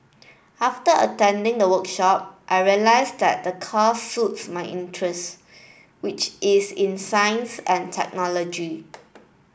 after attending the workshop I realised that the course suits my interest which is in science and technology